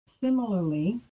similarly